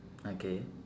okay